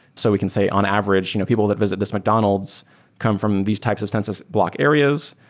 so we can say on average, you know people that visit this mcdonalds come from these types of census block areas,